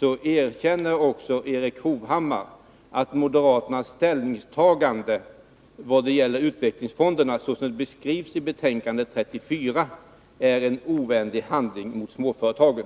nu erkänner Erik Hovhammar att moderaternas ställningstagande vad gäller utvecklingsfonderna, såsom det beskrivs i betänkande 34, är en ovänlig handling mot småföretagen.